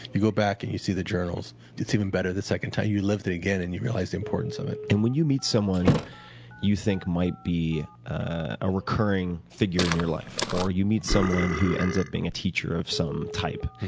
you go back and you see the journals, it's even better the second time. you live through it again and you realize the importance of it. and when you meet someone you think might be a recurring figure in your life, or you meet someone who ends up being a teacher of some type,